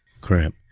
Crap